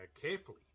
carefully